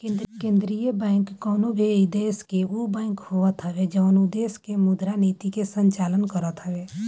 केंद्रीय बैंक कवनो भी देस के उ बैंक होत हवे जवन उ देस के मुद्रा नीति के संचालन करत हवे